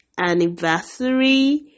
anniversary